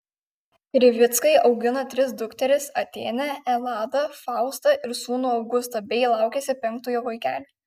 krivickai augina tris dukteris atėnę eladą faustą ir sūnų augustą bei laukiasi penktojo vaikelio